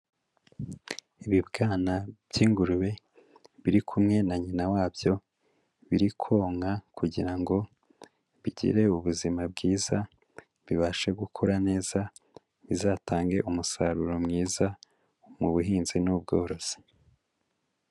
Ibibwana by'ingurube biri kumwe na nyina wabyo biri konka kugira ngo bigire ubuzima bwiza bibashe gukura neza bizatange umusaruro mwiza mu buhinzi n'ubworozi.